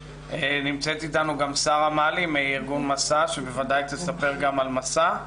נמצאת איתנו גם שרה מעלי מארגון "מסע" שבוודאי תספר גם על "מסע".